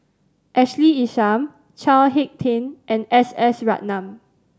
Ashley Isham Chao Hick Tin and S S Ratnam